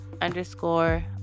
underscore